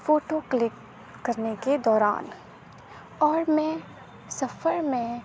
photo click کرنے کے دوران اور میں سفر میں